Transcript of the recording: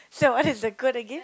so what is the good again